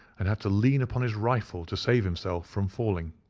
and had to lean upon his rifle to save himself from falling.